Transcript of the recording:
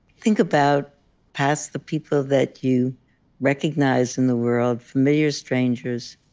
think about past the people that you recognize in the world, familiar strangers.